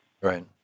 Right